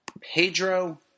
Pedro